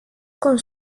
con